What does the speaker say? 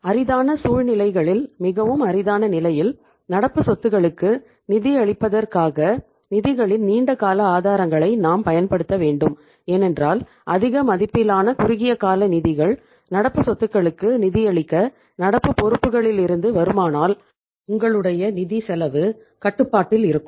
அரிதான சூழ்நிலைகளில் மிகவும் அரிதான நிலையில் நடப்பு சொத்துக்களுக்கு நிதியளிப்பதற்காக நிதிகளின் நீண்ட கால ஆதாரங்களை நாம் பயன்படுத்த வேண்டும் ஏனென்றால் அதிக மதிப்பிலான குறுகிய கால நிதிகள் நடப்பு சொத்துக்களுக்கு நிதியளிக்க நடப்பு பொறுப்புகளிலிருந்து வருமானால் உங்களுடைய நிதி செலவு கட்டுப்பாட்டில் இருக்கும்